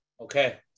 Okay